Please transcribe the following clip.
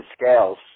scales